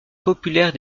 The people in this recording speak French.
populaire